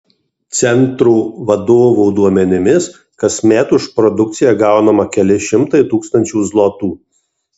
centro vadovo duomenimis kasmet už produkciją gaunama keli šimtai tūkstančių zlotų